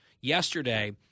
yesterday